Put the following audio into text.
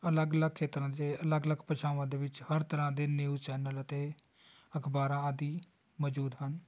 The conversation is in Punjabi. ਅਲੱਗ ਅਲੱਗ ਖੇਤਰਾਂ ਦੇ ਅਲੱਗ ਅਲੱਗ ਭਾਸ਼ਾਵਾਂ ਦੇ ਵਿੱਚ ਹਰ ਤਰ੍ਹਾਂ ਦੇ ਨਿਊਜ਼ ਚੈਨਲ ਅਤੇ ਅਖਬਾਰਾਂ ਆਦਿ ਮੌਜੂਦ ਹਨ